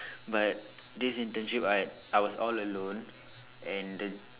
but this internship I I was all alone and the